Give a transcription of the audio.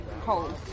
cold